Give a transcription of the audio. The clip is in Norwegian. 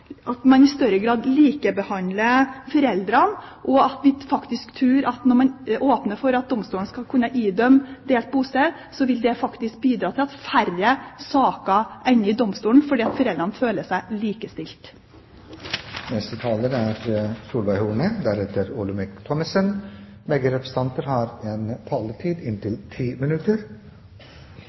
at man gir et signal fra lovgivers side ut i samfunnet om at man i større grad likebehandler foreldrene, og vi tror at når man åpner for at domstolen skal kunne idømme delt bosted, vil det faktisk bidra til at færre saker ender i domstolen, fordi foreldrene føler seg likestilt. Jeg har